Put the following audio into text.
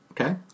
okay